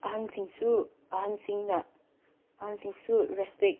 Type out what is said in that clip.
ꯑꯍꯟꯁꯤꯡꯁꯨ ꯑꯍꯟꯁꯤꯡꯅ ꯑꯍꯟꯁꯤꯡꯁꯨ ꯔꯦꯁꯄꯦꯛ